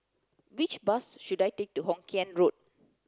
which bus should I take to Hokien Road